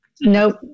Nope